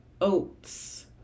oats